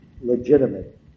legitimate